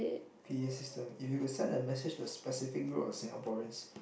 P A system if you could send a message to a specific group of Singaporeans